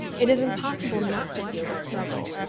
it is impossible not to feel the struggle,